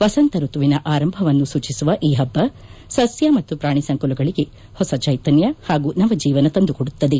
ವಸಂತ ಋತುವಿನ ಆರಂಭವನ್ನು ಸೂಚಿಸುವ ಈ ಹಬ್ಬ ಸಸ್ಯ ಹಾಗೂ ಪ್ರಾಣಿ ಸಂಕುಲಗಳಿಗೆ ಹೊಸ ಚೈತನ್ಯ ಮತ್ತು ನವ ಜೀವನ ತಂದುಕೊಡುತ್ತದೆ